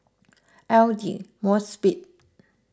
Aidli Mosbit